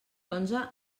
onze